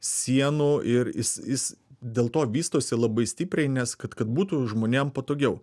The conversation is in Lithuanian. sienų ir jis jis dėl to vystosi labai stipriai nes kad kad būtų žmonėm patogiau